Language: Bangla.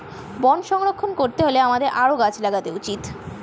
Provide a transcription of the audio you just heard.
বন সংরক্ষণ করতে গেলে আমাদের আরও গাছ লাগানো উচিত